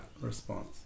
response